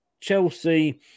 Chelsea